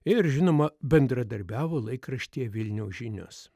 ir žinoma bendradarbiavo laikraštyje vilniaus žinios